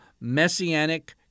messianic